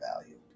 value